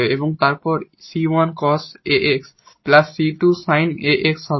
এবং তারপর 𝑐1 cos 𝑎𝑥 𝑐2 sin 𝑎𝑥 হবে